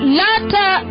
latter